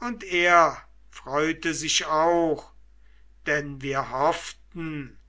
und er freute sich auch denn wir hofften